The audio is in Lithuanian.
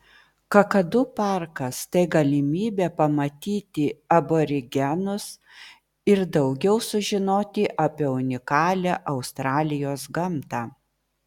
kakadu parkas tai galimybė pamatyti aborigenus ir daugiau sužinoti apie unikalią australijos gamtą